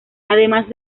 además